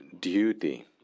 duty